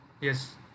yes